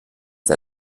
der